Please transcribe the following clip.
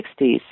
1960s